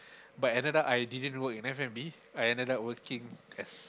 but ended up I didn't work in F-and-B I ended up working as